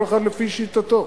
כל אחד לפי שיטתו.